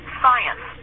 science